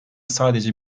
sadece